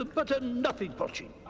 ah but nothing, porcini.